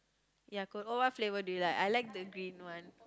ya co~ oh what flavour do you like I like the green one